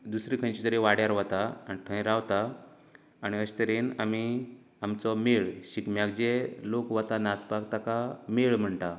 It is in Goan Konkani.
दुसरे खंयचे तरी वाड्यार वता आनी थंय रावता आनी अशें तरेन आमी आमचो मेळ शिगम्याक जे लोक वता नाचपाक ताका मेळ म्हणटा